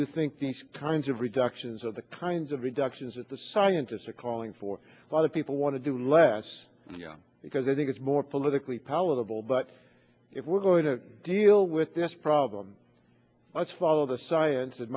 you think these kinds of reductions are the kinds of reductions that the scientists are calling for whether people want to do less because i think it's more politically palatable but if we're going to deal with this problem let's follow the science